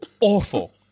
awful